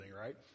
right